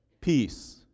Peace